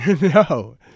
No